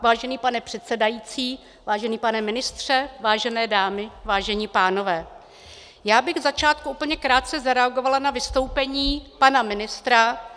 Vážený pane předsedající, vážený pane ministře, vážené dámy, vážení pánové, já bych na začátku úplně krátce zareagovala na vystoupení pana ministra.